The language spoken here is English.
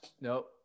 Nope